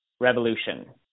revolution